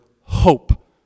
hope